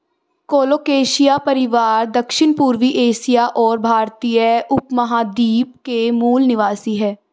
colocasia परिवार दक्षिणपूर्वी Asia और भारतीय उपमहाद्वीप के मूल निवासी है